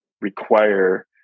require